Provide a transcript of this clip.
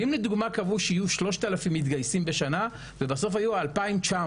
ואם לדוגמה קבעו שיהיו 3,000 מתגייסים בשנה ובסוף היו 2,900